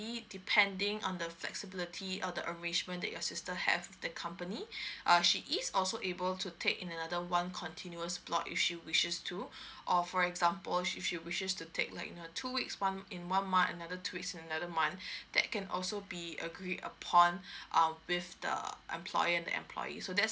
depending on the flexibility or the arrangement that your sister have with the company err she is also able to take in another one continuous block if she wishes to or for example if she wishes to take like in a two weeks one in one month another two week in another month that can also be agree upon um with the employer and employee so that's